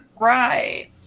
Right